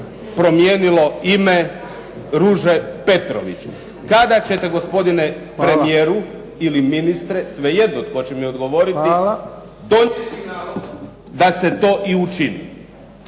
promijenilo ime Ruže Petrović. Kada ćete gospodine premijeru ili ministre, svejedno tko će mi odgovoriti, donijeti nalog da se to i učini?